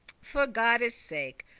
for godde's sake,